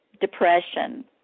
depression